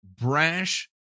brash